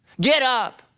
get up,